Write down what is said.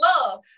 love